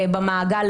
במעגל,